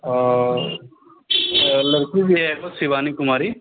आ लड़की भी हय एगो शिवानी कुमारी